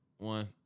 one